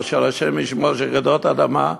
או של רעידות אדמה,